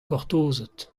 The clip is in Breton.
gortozet